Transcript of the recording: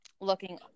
looking